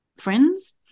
friends